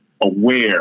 aware